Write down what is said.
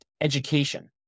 education